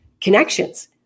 connections